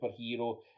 superhero